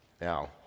Now